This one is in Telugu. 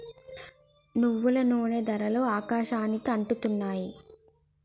నువ్వుల నూనె ధరలు ఆకాశానికి అంటుతున్నాయి